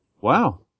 Wow